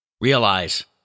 Realize